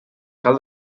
cal